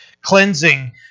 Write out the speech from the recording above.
cleansing